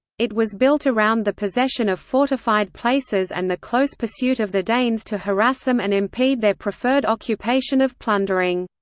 it was built around the possession of fortified places and the close pursuit of the danes to harass them and impede their preferred occupation of plundering.